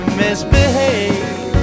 misbehave